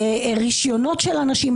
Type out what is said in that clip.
רישיונות של אנשים,